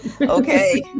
okay